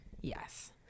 Yes